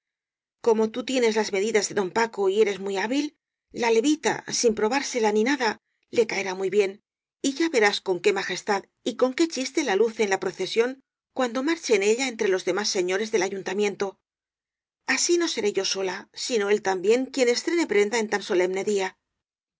como tú tienes las medidas de don paco y eres muy hábil la levita sin probársela ni nada le caerá muy bien y ya verás con qué majes tad y con qué chiste la luce en la procesión cuan do marche en ella entre los demás señores del ayuntamiento así no seré yo sola sino él también quien estrene prenda en tan solemne día